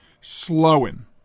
Slowing